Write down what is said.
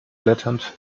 blätternd